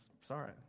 Sorry